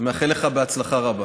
מאחל לך הצלחה רבה.